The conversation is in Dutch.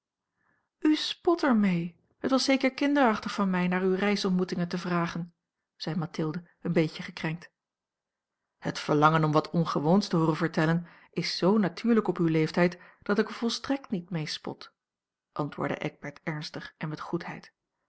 spot er mee het was zeker kinderachtig van mij naar uwe reisontmoetingen te vragen zei mathilde een beetje gekrenkt het verlangen om wat ongewoons te hooren vertellen is z natuurlijk op uw leeftijd dat ik er volstrekt niet mee spot antwoordde eckbert ernstig en met goedheid